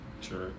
sure